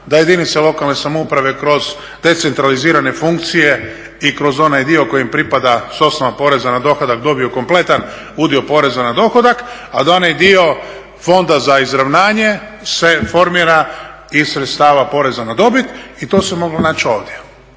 da jedinice lokalne samouprave kroz decentralizirane funkcije i kroz onaj dio kojem pripada socijalnog poreza na dohodak, dobio kompletan udio poreza na dohodak, a da onaj dio fonda za izravnanje se formira iz sredstava poreza na dobit i to se moglo naći ovdje.